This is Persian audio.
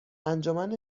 انجمن